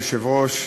אדוני היושב-ראש,